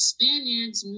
Spaniards